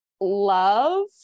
love